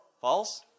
False